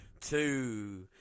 Two